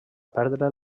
perdre